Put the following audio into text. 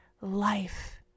life